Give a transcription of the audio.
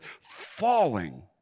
falling